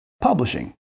publishing